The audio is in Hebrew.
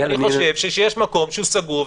אני חושב שכאשר יש מקום שהוא סגור,